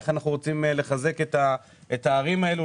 איך אנחנו רוצים לחזק את הערים האלו.